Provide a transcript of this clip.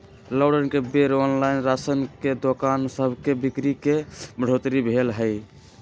lockdown के बेर online राशन के दोकान सभके बिक्री में बढ़ोतरी भेल हइ